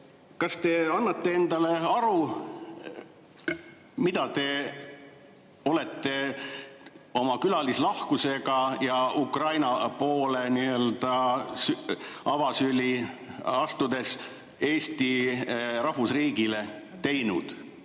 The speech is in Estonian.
kas te annate endale aru, mida te olete oma külalislahkusega ja Ukraina poole avasüli astudes Eesti rahvusriigile teinud.